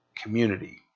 Community